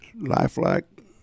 lifelike